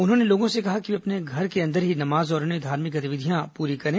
उन्होंने लोगों से कहा कि वे अपने घर के अंदर ही नमाज और अन्य धार्मिक गतिविधियां पूरी करें